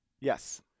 yes